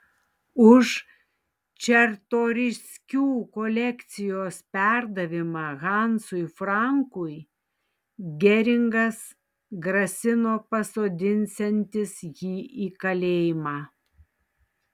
už čartoriskių kolekcijos perdavimą hansui frankui geringas grasino pasodinsiantis jį į kalėjimą